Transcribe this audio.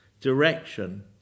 direction